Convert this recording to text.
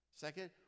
Second